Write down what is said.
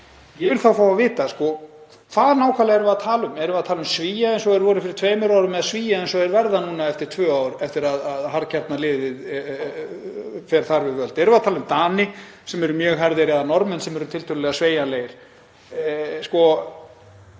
Ég vil fá að vita hvað við erum nákvæmlega að tala um. Erum við að tala um Svía eins og þeir voru fyrir tveimur árum eða Svía eins og þeir verða núna eftir tvö ár eftir að harðkjarnaliðið hefur verið þar við völd? Erum við að tala um Dani sem eru mjög harðir eða Norðmenn sem eru tiltölulega sveigjanlegir? Það